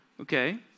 okay